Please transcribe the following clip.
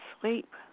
sleep